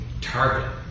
target